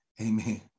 Amen